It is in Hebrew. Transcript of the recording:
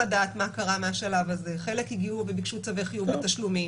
תסתכלו מה היכולת שלכם להציג לנו נתונים מספריים מהשנים שאתם תבחרו,